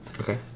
Okay